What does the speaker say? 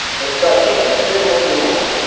and start chantin', send lindsey home.